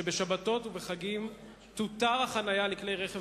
שבשבתות ובחגים תותר חניית כלי רכב